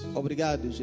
obrigado